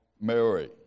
Mary